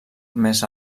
més